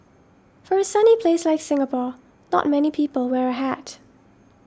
for a sunny place like Singapore not many people wear a hat